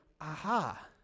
aha